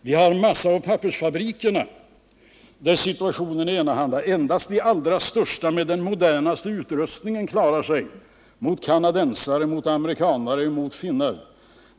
Också i massaoch pappersfabrikerna är situationen enahanda. Endast de allra största industrierna med den modernaste utrustningen klarar sig mot kanadensare, amerikanare och finnar.